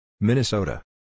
Minnesota